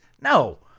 No